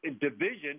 division